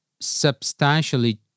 substantially